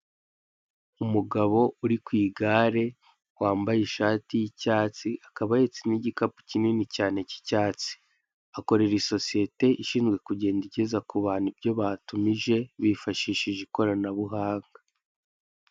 Umugabo uri ku igare, wambaye ishati y'icyatsi, akaba ahetse n'igikapu kinini cyane cy'icyatsi. Akorera isosiyete ishinzwe kugenda igeza ku bantu ibyo batumije, bifashishije ikoranabuhanga.